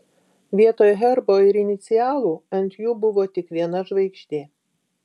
vietoj herbo ir inicialų ant jų buvo tik viena žvaigždė